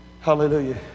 Hallelujah